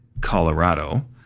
Colorado